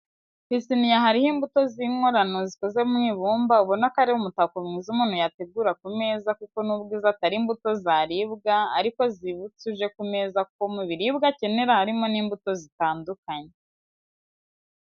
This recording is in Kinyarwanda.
Ku isiniya hariho imbuto z'inkorano zikoze mu ibumba ubona ko ari umutako mwiza umuntu yategura ku meza kuko nubwo izo atari imbuto zaribwa ariko zibutsa uje ku meza ko mu biribwa akeneye harimo n'imbuto zitandukanye.